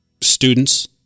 students